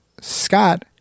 Scott